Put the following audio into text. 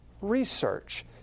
research